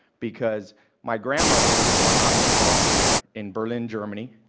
because my grandmother was born not too far from here, in berlin, germany.